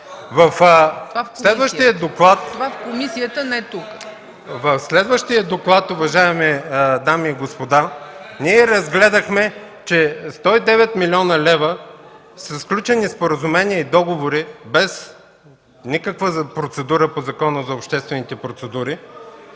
В следващия доклад, уважаеми дами и господа, ние разгледахме, че за 109 млн. лв. са сключени споразумения и договори, без никаква процедура по Закона за обществените поръчки,